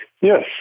yes